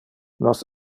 nos